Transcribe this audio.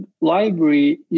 library